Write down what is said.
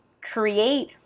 create